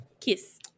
kiss